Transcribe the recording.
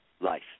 life